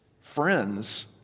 Friends